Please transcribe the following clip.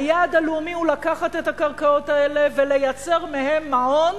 היעד הלאומי הוא לקחת את הקרקעות האלה ולייצר מהן מעון